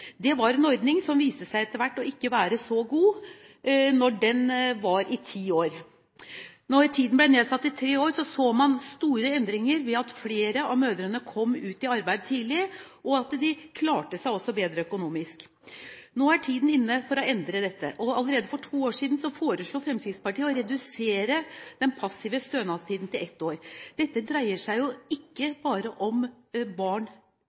Det var en ordning som etter hvert viste seg ikke å være så god da stønadstiden kunne vare i ti år. Da stønadstiden ble nedsatt til tre år, så man store endringer ved at flere av mødrene kom ut i arbeid tidlig, og ved at de klarte seg bedre økonomisk. Nå er tiden inne for å endre dette. Allerede for to år siden foreslo Fremskrittspartiet å redusere den passive stønadstiden til ett år. Det dreier seg ikke bare om barn